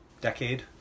decade